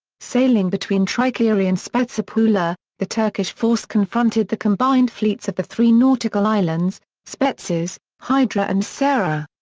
sailing between trikeri and spetsopoula, the turkish force confronted the combined fleets of the three nautical islands, spetses, hydra and psara.